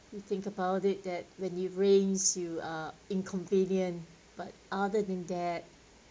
you think about it that when it rains you are inconvenient but other than that